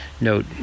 note